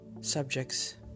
subjects